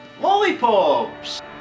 lollipops